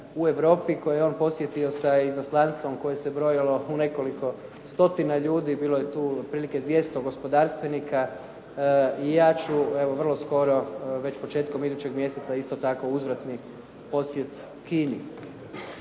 u Europi koje je on posjetio sa izaslanstvom koje se brojilo u nekoliko stotina ljudi. Bilo je tu otprilike 200 gospodarstvenika. I ja ću evo vrlo skoro već početkom idućeg mjeseca isto tako u uzvratni posjet Kini.